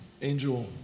Angel